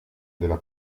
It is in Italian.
della